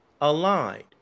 aligned